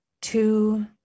Two